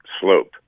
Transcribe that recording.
slope